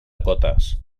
cotes